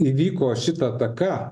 įvyko šita ataka